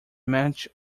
match